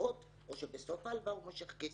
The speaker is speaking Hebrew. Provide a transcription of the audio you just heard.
שמאפשרות או שבסוף ההלוואה הוא מושך כסף.